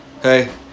hey